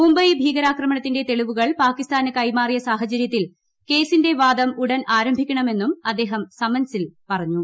മുംബൈ ഭീകരാക്രമണത്തിന്റെ തെളിവുകൾ പാകിസ്ഥാന് കൈമാറിയ സാഹചര്യത്തിൽ കേസിന്റെ വാദം ഉടൻ ആരംഭിക്കണമെന്ന് അദ്ദേഹം സമൻസിൽ പറഞ്ഞു